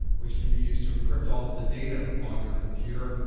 which can be used to encrypt all of the data on your computer,